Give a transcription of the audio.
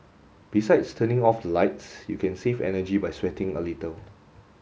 besides turning off the lights you can save energy by sweating a little